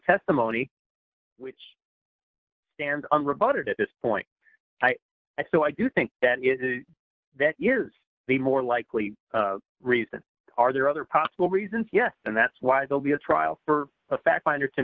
testimony which stand on rebutted at this point i so i do think that years the more likely reason are there are other possible reasons yes and that's why they'll be a trial for a fact finder to